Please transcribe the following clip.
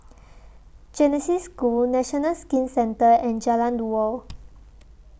Genesis School National Skin Centre and Jalan Dua